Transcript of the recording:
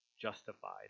justified